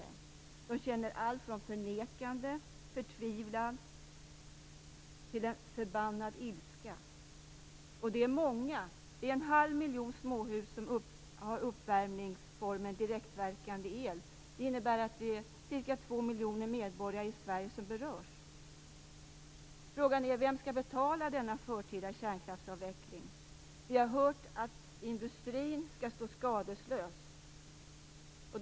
De känner allt från förnekande, förtvivlan till förbannad ilska. Det är många. Det är en halv miljon småhus som har uppvärmningsformen direktverkande el. Det innebär att det är ca 2 miljoner medborgare i Sverige som berörs. Frågan är: Vem skall betala denna förtida kärnkraftsavveckling? Vi har hört att industrin skall stå skadeslös.